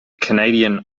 canadian